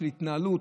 של התנהלות,